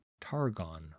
Targon